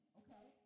okay